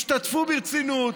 השתתפו ברצינות,